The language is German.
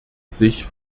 sich